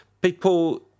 people